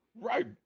Right